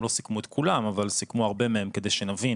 הם לא סיכמו את כולם אבל סיכמו הרבה מהם כדי שנבין